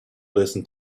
listen